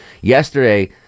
Yesterday